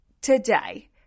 today